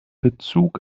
bezug